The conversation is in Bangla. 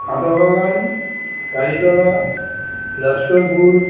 আাদা বাগান কালীতলা লস্করপুর